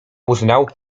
uznał